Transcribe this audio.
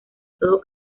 todo